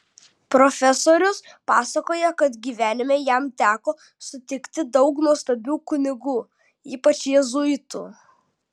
profesorius pasakoja kad gyvenime jam teko sutikti daug nuostabių kunigų ypač jėzuitų